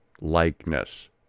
likeness